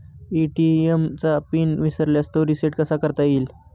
ATM चा pin विसरल्यास तो रिसेट कसा करता येईल?